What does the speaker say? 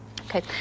Okay